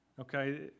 Okay